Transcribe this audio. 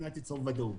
וודאות.